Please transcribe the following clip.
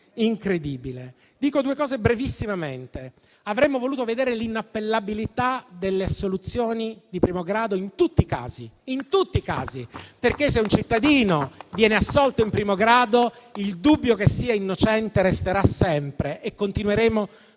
incredibile. Dico due cose brevissimamente: avremmo voluto vedere l'inappellabilità delle assoluzioni di primo grado in tutti i casi, perché se un cittadino viene assolto in primo grado, il dubbio che sia innocente resterà sempre e continueremo